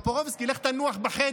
מדינת הלכה?